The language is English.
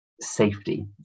safety